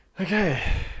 Okay